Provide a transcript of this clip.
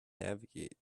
navigate